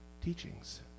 teachings